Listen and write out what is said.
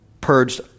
purged